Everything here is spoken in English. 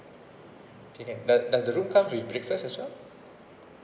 can then does does the room come with breakfast as well